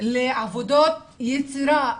לעבודות יצירה,